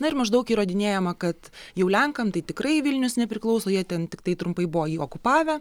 na ir maždaug įrodinėjama kad jau lenkam tai tikrai vilnius nepriklauso jie ten tiktai trumpai buvo jį okupavę